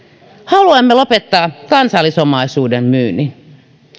haluamme lopettaa kansallisomaisuuden myynnin